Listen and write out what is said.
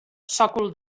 sòcol